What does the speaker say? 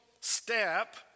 step